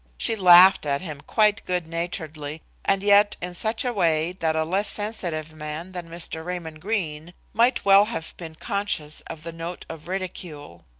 she laughed at him quite good-naturedly, and yet in such a way that a less sensitive man than mr. raymond greene might well have been conscious of the note of ridicule.